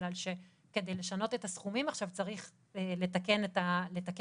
בגלל שכדי לשנות את הסכומים עכשיו צריך לתקן את החוק,